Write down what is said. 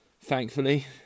thankfully